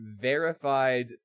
verified